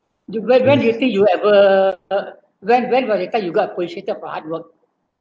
you when when do you think you ever when when were you thought you got appreciated for hard word